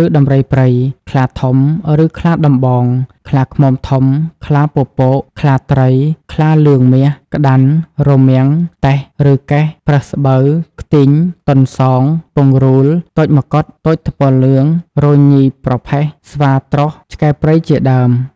ឬដំរីព្រៃ ខ្លាធំ ឬខ្លាដំបង ខ្លាឃ្មុំធំ ខ្លាពពក ខ្លាត្រី ខ្លាលឿងមាស ក្តាន់ រមាំង តេះ ឬកែះ ប្រើសស្បូវ ខ្ទីង ទន្សោង ពង្រូល ទោចម្កុដ ទោចថ្ពាល់លឿង រញីប្រផេះ ស្វាត្រោស ឆ្កែព្រៃជាដើម។